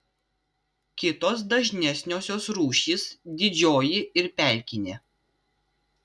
kitos dažnesniosios rūšys didžioji ir pelkinė